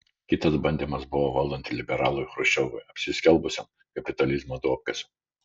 kitas bandymas buvo valdant liberalui chruščiovui apsiskelbusiam kapitalizmo duobkasiu